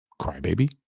crybaby